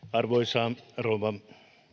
arvoisa rouva